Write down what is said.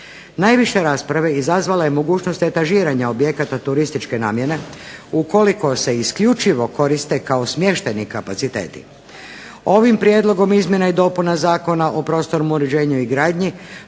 Najviše rasprave izazvala je mogućnost etažiranja objekata turističke namjene ukoliko se isključivo koriste kao smještajni kapaciteti. Ovim prijedlogom izmjena i dopuna Zakona o prostornom uređenju i gradnji